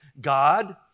God